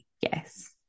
Yes